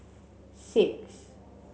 six